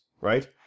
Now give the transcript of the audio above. Right